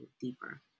deeper